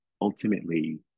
ultimately